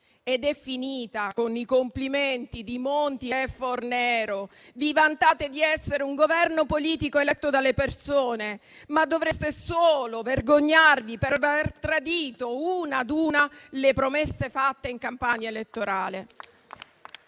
ed è finita con i complimenti di Monti e Fornero. Vi vantate di essere un Governo politico eletto dalle persone, ma dovreste solo vergognarvi per aver tradito una a una le promesse fatte in campagna elettorale.